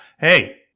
hey